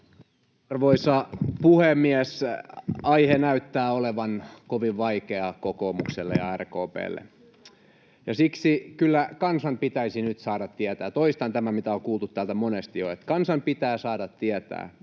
Arvoisa puhemies! Aihe näyttää olevan kovin vaikeaa kokoomukselle ja RKP:lle, ja siksi kyllä kansan pitäisi nyt saada tietää. Toistan tämän, mitä on kuultu täältä monesti jo: kansan pitää saada tietää,